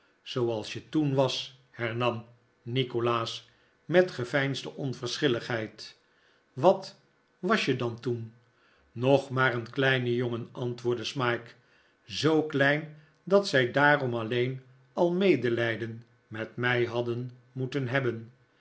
zooals je toen was hernam nikolaas met geveinsde onverschilligheid wat was je dan toen nog maar een kleine jongen antwoordde smike zoo klein dat zij daarom alleen al medelijden met mij hadden moeten hebben